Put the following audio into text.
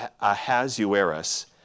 Ahasuerus